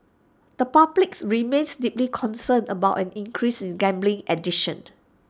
the public's remains deeply concerned about an increase in gambling addiction